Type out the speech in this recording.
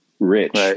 rich